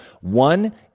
one